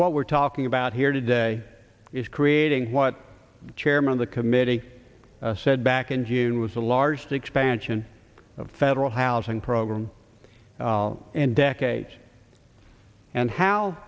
what we're talking about here today is creating what the chairman of the committee said back in june was a large the expansion of federal housing program in decades and how